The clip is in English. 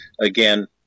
again